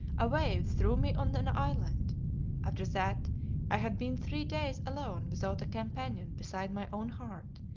a wave threw me on an island after that i had been three days alone without a companion beside my own heart,